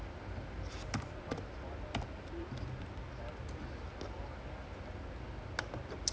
err இரு நான் பாக்குறேன்:iru naan paakkuraen corner the people reflection